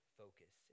focus